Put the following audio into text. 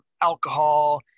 alcohol